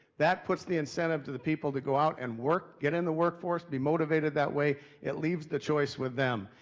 that puts the incentive to the people to go out and work, get in the workforce, be motivated that way it leaves the choice with them.